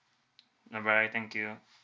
bye bye thank you